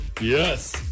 Yes